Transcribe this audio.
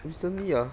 recently ah